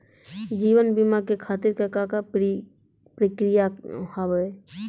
जीवन बीमा के खातिर का का प्रक्रिया हाव हाय?